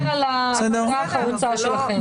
זה לא מערער על העבודה החרוצה שלכם.